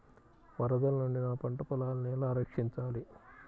వరదల నుండి నా పంట పొలాలని ఎలా రక్షించాలి?